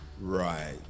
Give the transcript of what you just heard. right